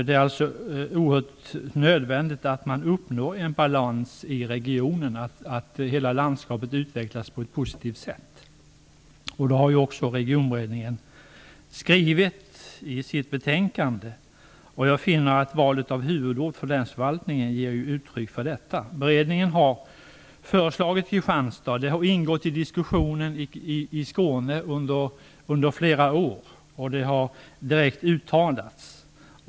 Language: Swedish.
Det är absolut nödvändigt att uppnå en balans i regionen och att hela landskapet utvecklas på ett positivt sätt. Jag finner att det val av huvudort för länsförvaltningen som Regionberedningen har gjort i sitt betänkande ger uttryck för detta. Beredningen har föreslagit Kristianstad. Kristianstad har ingått i diskussionen i Skåne under flera år och har också direkt uttalats.